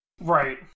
Right